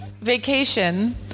vacation